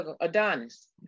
Adonis